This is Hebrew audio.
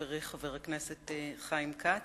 חברי חבר הכנסת חיים כץ,